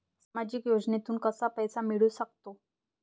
सामाजिक योजनेतून कसा पैसा मिळू सकतो?